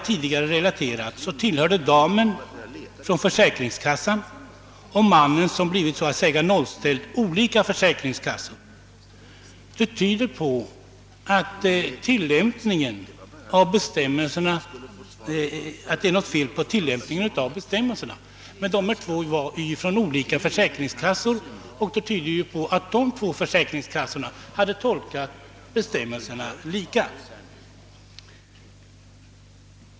Personerna i de båda fall jag relaterat tillhörde olika försäkringskassor. Det tyder på att det är något fel på tillämpningen av bestämmelserna. Dessa två försäkringskassor hade dock tolkat bestämmelserna på samma sätt.